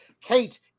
Kate